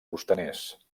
costaners